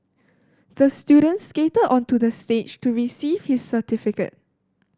the student skated onto the stage to receive his certificate